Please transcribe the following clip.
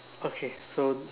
okay so